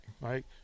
right